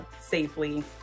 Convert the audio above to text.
safely